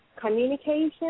communication